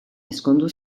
ezkondu